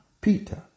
Peter